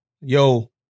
yo